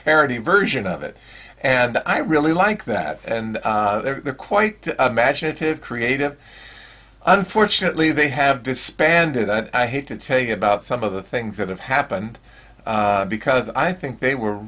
parody version of it and i really like that and they're quite imaginative creative unfortunately they have to spend and i hate to tell you about some of the things that have happened because i think they were